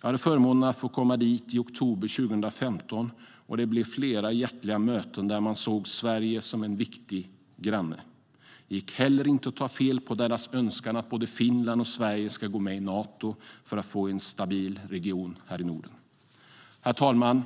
Jag hade förmånen att få komma dit i oktober 2015. Det blev flera hjärtliga möten där man såg Sverige som en viktig granne. Det gick heller inte att ta fel på deras önskan att både Finland och Sverige ska gå med i Nato för att få en stabil region här i Norden. Herr talman!